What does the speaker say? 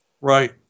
Right